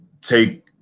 take